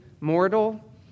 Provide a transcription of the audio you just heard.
mortal